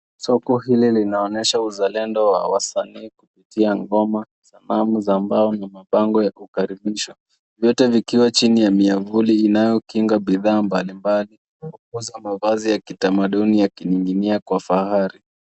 Soko hili linaonyesha uzalendo wa wasanii kupitia ngoma, sanamu za mbao na mabango ya kukaribisha. Vyote vikiwa chini ya miavuli inayokinga bidhaa mbalimbali. Nguo za mavazi ya kitamaduni yakining'inia kwa fahari.